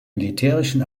militärischen